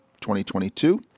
2022